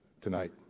tonight